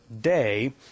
day